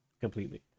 Completely